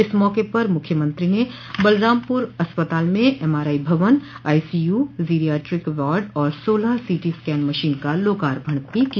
इस मौके पर मुख्यमंत्री ने बलरामपुर अस्पताल में एमआइआई भवन आईसीयू जीरियाट्रिक वार्ड और सोलह सीटी स्कैन मशीन का लोकार्पण भी किया